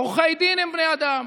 עורכי דין הם בני אדם.